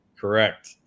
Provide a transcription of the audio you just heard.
Correct